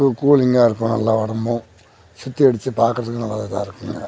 கு கூலிங்காக இருக்கும் நல்லா உடம்பும் சுத்தியடிச்சு பார்க்கறதுக்கும் நல்லா இதாக இருக்குங்க